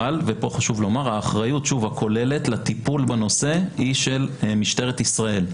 אבל ופה חשוב לומר האחריות הכוללת לטיפול בנושא היא של משטרת ישראל.